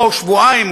שבוע או שבועיים,